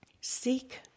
Seek